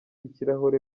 ikirahure